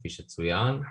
כפי שצוין.